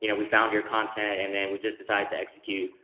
you know we found your content, and then we just decided to execute.